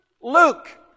Luke